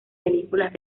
películas